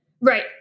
right